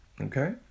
okay